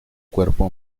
cuerpo